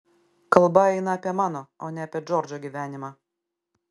kalba eina apie mano o ne apie džordžo gyvenimą